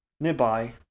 Nearby